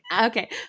Okay